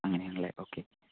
അങ്ങനെയാണ് അല്ലെ ഓക്കേ